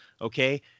okay